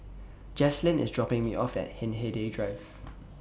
Jaslyn IS dropping Me off At Hindhede Drive